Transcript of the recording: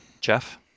Jeff